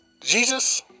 Jesus